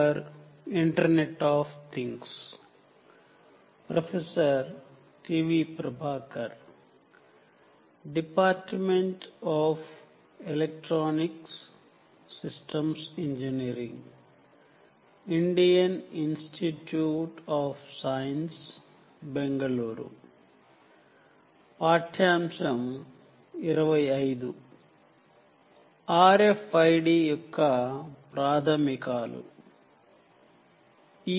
కాబట్టి మనము RFID యొక్క కొన్ని ప్రాథమిక విషయాలు చూద్దాం